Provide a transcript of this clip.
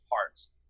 parts